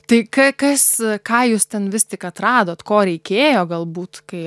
tai ką kas ką jūs ten vis tik atradot ko reikėjo galbūt kai